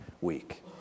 week